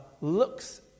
looks